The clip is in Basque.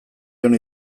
jon